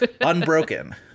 Unbroken